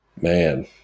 man